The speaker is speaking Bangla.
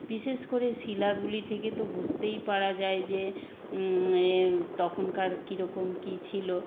বিশেষ করে শিলাগুলি থেকে তো বুঝতেই পারা যায় যে এ তখনকার কী রকম কী ছিল